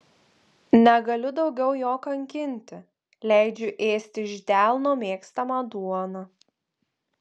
negaliu daugiau jo kankinti leidžiu ėsti iš delno mėgstamą duoną